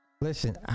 Listen